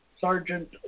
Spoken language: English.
Sergeant